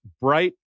bright